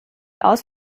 aus